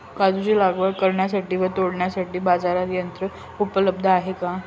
काजूची लागवड करण्यासाठी व तोडण्यासाठी बाजारात यंत्र उपलब्ध आहे का?